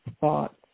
Thoughts